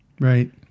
Right